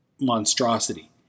monstrosity